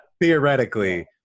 Theoretically